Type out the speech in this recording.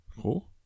Cool